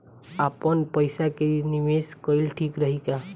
आपनपईसा के निवेस कईल ठीक रही का?